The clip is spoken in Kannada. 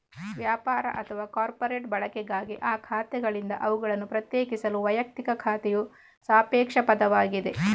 ವ್ಯಾಪಾರ ಅಥವಾ ಕಾರ್ಪೊರೇಟ್ ಬಳಕೆಗಾಗಿ ಆ ಖಾತೆಗಳಿಂದ ಅವುಗಳನ್ನು ಪ್ರತ್ಯೇಕಿಸಲು ವೈಯಕ್ತಿಕ ಖಾತೆಯು ಸಾಪೇಕ್ಷ ಪದವಾಗಿದೆ